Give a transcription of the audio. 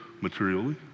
materially